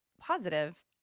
positive